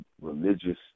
religious